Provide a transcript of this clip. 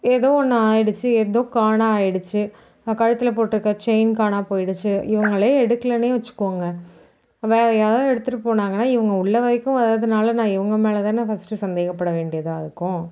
ஏதோ ஒன்று ஆகிடுச்சி ஏதோ காணாம ஆகிடுச்சி நான் கழுத்தில் போட்டிருக்கிற செயின் காணாம போயிடுச்சு இவங்களே எடுக்கலைன்னே வச்சுக்கோங்க வேறு யாரோ எடுத்துகிட்டு போனாங்கன்னால் இவங்க உள்ளே வரைக்கும் வர்றதுனால் நான் இவங்க மேலே தானே ஃபர்ஸ்டு சந்தேகப்பட வேண்டியதாக இருக்கும்